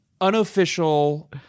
Unofficial